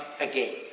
again